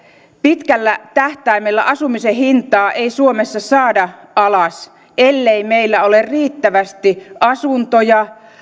pitkällä tähtäimellä asumisen hintaa ei suomessa saada alas ellei meillä ole riittävästi asuntoja